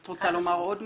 את רוצה עוד משהו?